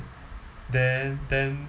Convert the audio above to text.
then then